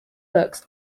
books